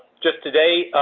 just today,